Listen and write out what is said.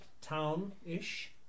town-ish